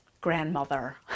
grandmother